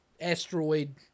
asteroid